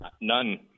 None